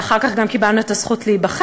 ואחר כך גם קיבלנו את הזכות להיבחר,